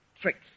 tricks